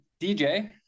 DJ